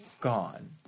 gone